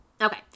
Okay